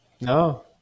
no